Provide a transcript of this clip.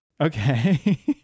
Okay